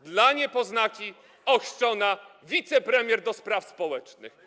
dla niepoznaki ochrzczona: wicepremier do spraw społecznych.